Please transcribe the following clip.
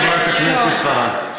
חברת הכנסת פארן.